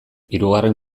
hirugarren